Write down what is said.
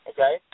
Okay